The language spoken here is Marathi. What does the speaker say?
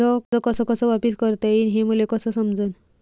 कर्ज कस कस वापिस करता येईन, हे मले कस समजनं?